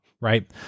right